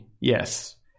yes